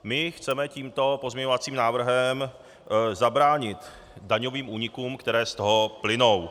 My chceme tímto pozměňovacím návrhem zabránit daňovým únikům, které z toho plynou.